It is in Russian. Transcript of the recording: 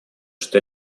что